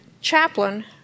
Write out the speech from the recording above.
chaplain